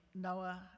Noah